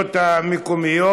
הרשויות המקומיות.